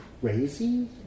crazy